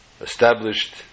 established